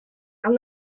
and